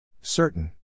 Certain